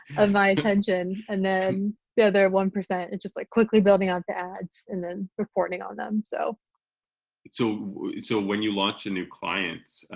of my attention and then the other one percent is just like quickly building up the ads and then reporting on them. so so so when you launch a new client,